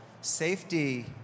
safety